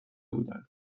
بودند